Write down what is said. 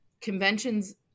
Conventions